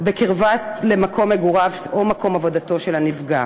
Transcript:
בקרבת מקום מגוריו או מקום עבודתו של הנפגע.